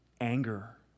anger